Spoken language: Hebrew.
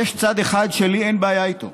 יש צד אחד שלי אין בעיה איתו,